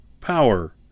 power